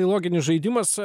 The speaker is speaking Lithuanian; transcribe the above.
loginis žaidimas